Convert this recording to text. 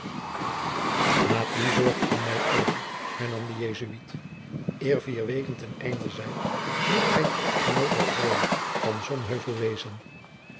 laat die zorg aan mij over hernam de jesuit eer vier weeken ten einde zijn moet gij de echtgenoot der freule van sonheuvel wezen